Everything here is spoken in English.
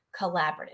collaborative